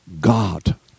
God